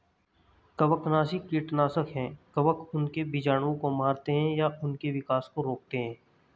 कवकनाशी कीटनाशक है कवक उनके बीजाणुओं को मारते है या उनके विकास को रोकते है